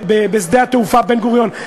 בשדה-התעופה בן-גוריון,